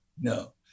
no